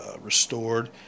restored